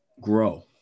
Grow